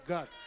God